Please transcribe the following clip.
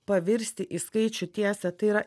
pavirsti į skaičių tiesą tai yra